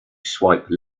swipe